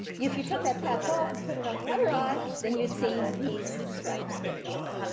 if you took that patch off and put it on the other eye, then you'd see these stripes get dark.